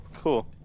cool